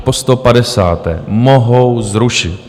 Po sto padesáté mohou zrušit.